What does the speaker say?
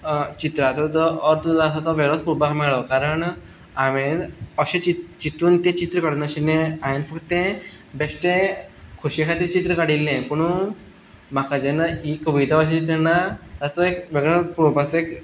चित्राचो जो अर्थ जो आसा तो वेगळोच पळोवपाक मेळ्ळो कारण हांवें अशें चिंतून तें चित्र काडूं नाशिल्लें हांवें फक्त तें बेश्टें खोशये खातीर चित्र काडिल्लें पुणून म्हाका जेन्ना ही कविता वाचली तेन्ना ताचो एक पळोवपाचो एक